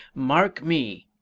mark me!